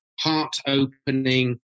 heart-opening